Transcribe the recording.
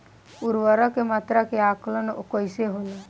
उर्वरक के मात्रा के आंकलन कईसे होला?